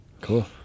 cool